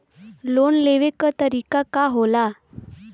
Loan लेवे क तरीकाका होला?